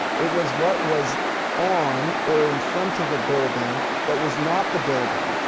it was what was on or in front of a building that was not the building,